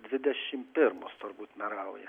dvidešimt pirmus turbūt merauja